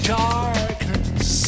darkness